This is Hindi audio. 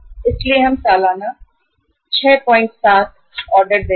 इसलिए हम सालाना 670 ऑर्डर दे रहे हैं